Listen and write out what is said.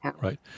right